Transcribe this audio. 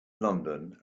london